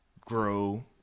grow